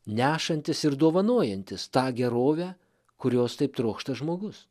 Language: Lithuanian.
nešantis ir dovanojantis tą gerovę kurios taip trokšta žmogus